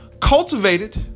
Cultivated